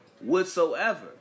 whatsoever